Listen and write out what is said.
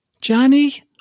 Johnny